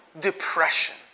depression